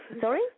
Sorry